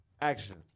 Action